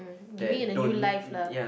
giving it a new life lah